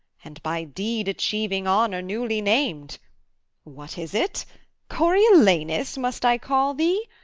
and by deed-achieving honour newly nam'd what is it coriolanus must i call thee?